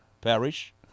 parish